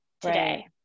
today